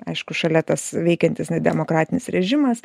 aišku šalia tas veikiantis nedemokratinis režimas